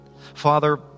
father